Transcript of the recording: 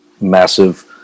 massive